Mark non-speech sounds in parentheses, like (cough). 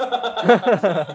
(laughs)